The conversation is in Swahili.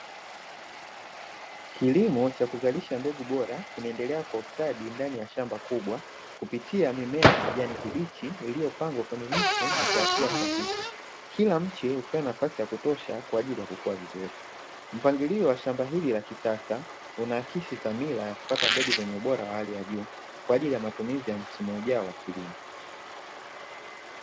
Kilimo cha kuzalisha mbegu bora kinaendelea kwa ustadi ndani ya shamba kubwa kupitia mimea ya kijani kibichi iliyopangwa kwenye miche na kwa hatua sahihi, kila mche ukiwa na nafasi ya kutosha kwa ajili ya kukua vizuri. Mpangilio wa shamba hili la kisasa unaakisi dhamira ya kupata mbegu zenye ubora wa hali ya juu kwa ajili ya matumizi ya msimu ujao wa kilimo.